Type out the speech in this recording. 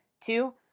Two